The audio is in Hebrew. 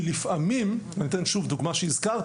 כי לפעמים, אני אתן שוב דוגמה שהזכרתי,